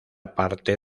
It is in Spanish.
parte